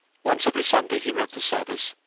once every sunday he read the service,